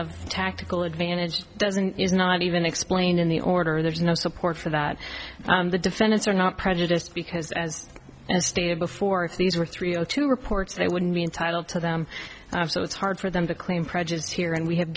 of tactical advantage doesn't is not even explained in the order there's no support for that the defendants are not prejudiced because as i stated before if these were three o two reports they wouldn't be entitled to them so it's hard for them to claim prejudice here and we have